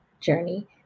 journey